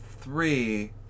Three